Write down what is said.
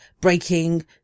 breaking